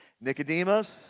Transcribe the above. Nicodemus